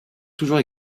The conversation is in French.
toujours